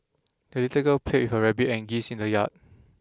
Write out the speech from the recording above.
the little girl played with her rabbit and geese in the yard